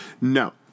no